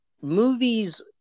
movies